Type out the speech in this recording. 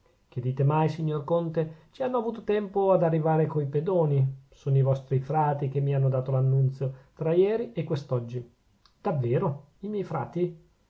che dite mai signor conte ci hanno avuto tempo ad arrivare coi pedoni sono i vostri frati che mi hanno dato l'annunzio tra ieri e quest'oggi davvero i miei frati